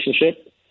relationship